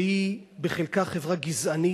שהיא בחלקה חברה גזענית,